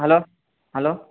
hello hello